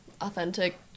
authentic